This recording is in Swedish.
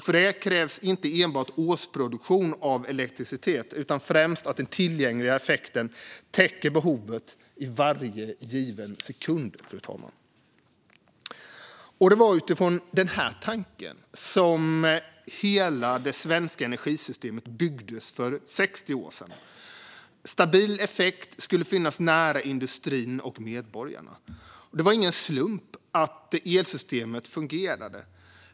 För detta krävs inte enbart årsproduktion av elektricitet utan främst att den tillgängliga effekten täcker behovet i varje given sekund. Det var utifrån denna tanke som hela det svenska energisystemet byggdes för 60 år sedan. Stabil effekt skulle finnas nära industrin och medborgarna. Det var ingen slump att elsystemet fungerade.